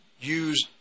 use